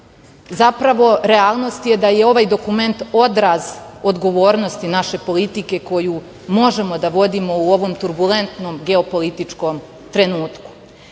Zapravo, realnost je da je ovaj dokument odraz odgovornosti naše politike koju možemo da vodimo u ovom turbulentnom geopolitičkom trenutku. Kada